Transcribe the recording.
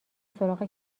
سراغ